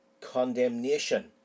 condemnation